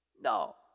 No